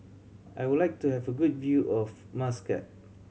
I would like to have a good view of Muscat